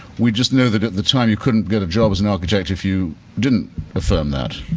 we just know that at the time you couldn't get a job as an architect if you didn't affirm that.